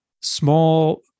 small